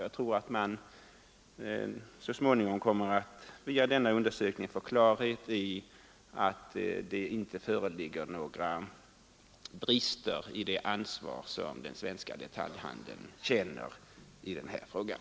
Jag tror att vi så småningom, via den undersökningen, kommer att få klarhet i att det inte föreligger några brister i det ansvar som den svenska detaljhandeln känner i den här frågan.